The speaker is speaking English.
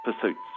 pursuits